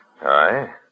Aye